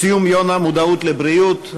המודעות לבריאות,